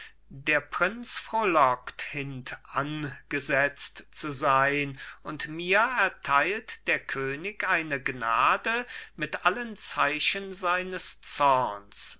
der prinz frohlockt hintangesetzt zu sein und mir erteilt der könig eine gnade mit allen zeichen seines zorns